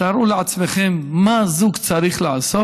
תארו לעצמכם מה זוג צריך לעשות